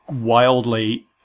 wildly